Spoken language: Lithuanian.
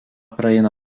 praeina